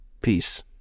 peace